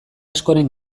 askoren